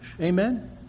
Amen